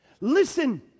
listen